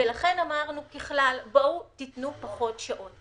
לכן אמרנו ככלל, תנו פחות שעות.